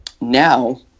Now